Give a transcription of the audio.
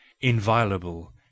inviolable